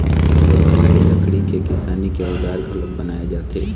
बमरी के लकड़ी के किसानी के अउजार घलोक बनाए जाथे